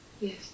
Yes